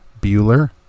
Bueller